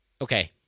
Okay